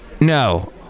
No